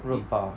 热巴